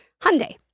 Hyundai